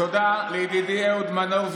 תודה לידידי אהוד מנור,